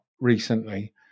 recently